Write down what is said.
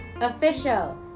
official